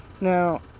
now